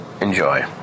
Enjoy